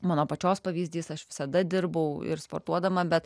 mano pačios pvz aš visada dirbau ir sportuodama bet